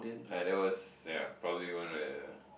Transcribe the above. like there was ya probably going with the